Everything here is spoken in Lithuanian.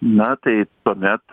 na tai tuomet